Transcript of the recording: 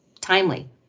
timely